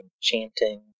chanting